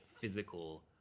physical